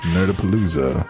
Nerdapalooza